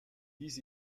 dies